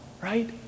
right